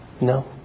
no